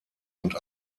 und